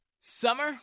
Summer